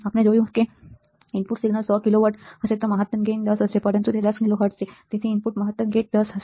આપણે જોયું છે કે જો ઇનપુટ સિગ્નલ 100 કિલો વોટ હશે તો મહત્તમ ગેઇન 10 હશે પરંતુ તે 10 કિલો હર્ટ્ઝ છે તો ઇનપુટ મહત્તમ ગેઇન 10 હશે